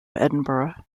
edinburgh